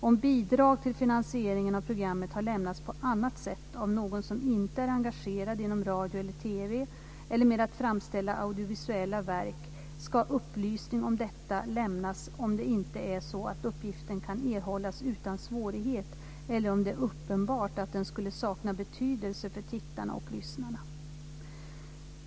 Om bidrag till finansieringen av programmet har lämnats på annat sätt av någon som inte är engagerad inom radio eller TV eller med att framställa audiovisuella verk ska upplysning om detta lämnas om det inte är så att uppgiften kan erhållas utan svårighet eller om det är uppenbart att den skulle sakna betydelse för tittarna och lyssnarna.